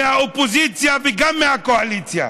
מהאופוזיציה וגם מהקואליציה: